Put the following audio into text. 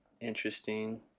interesting